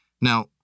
Now